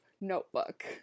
notebook